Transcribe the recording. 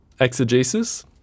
exegesis